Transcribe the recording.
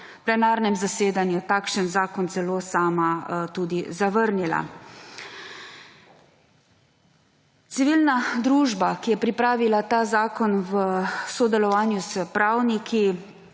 plenarnem zasedanju takšen zakon tudi sama tudi zavrnila. Civilna družba, ki je pripravila ta zakon v sodelovanju s pravniki,